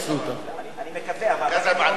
אני מקווה, אבל לא שמענו על זה.